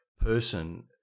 person